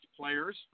players